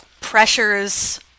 pressures